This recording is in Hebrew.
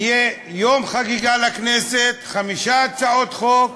יהיה יום חגיגה לכנסת, חמש הצעות חוק,